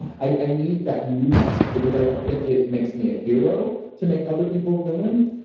i need that nuance because i don't think it makes me a hero to make other people villains,